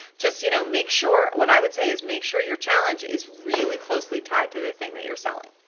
just you know make sure, what i would say is make sure your challenge is really closely tied to the thing that you're selling.